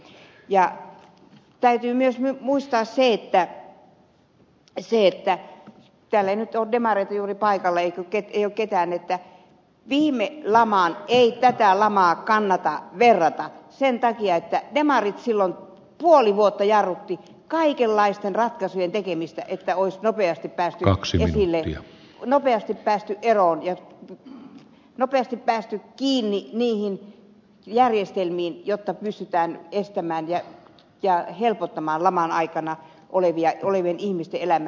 ja täytyy myös muistaa se täällä ei nyt ole demareita juuri paikalla ei ole ketään että viime lamaan ei tätä lamaa kannata verrata sen takia että demarit silloin puoli vuotta jarruttivat kaikenlaisten ratkaisujen tekemistä että olisi nopeasti päästy lamasta eroon ja nopeasti päästy kiinni niihin järjestelmiin jotta olisi pystytty lamaa estämään ja helpottamaan laman aikana ihmisten elämää